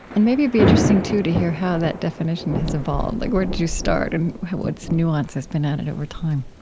and may be be interesting, too, to hear how that definition has evolved. like where did you start and what nuance has been added over time?